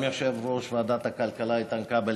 וגם יושב-ראש ועדת הכלכלה איתן כבל,